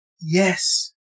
Yes